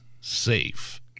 safe